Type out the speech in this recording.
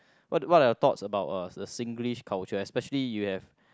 what what I was talk about uh the Singlish culture especially you have